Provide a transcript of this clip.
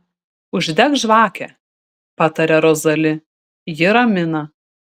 uždek žvakę pataria rozali ji ramina